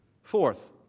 fourth,